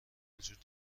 وجود